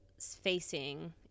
facing